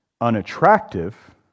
unattractive